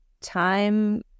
time